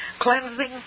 Cleansing